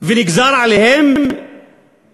ונגזר עליהם